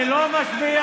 אני לא,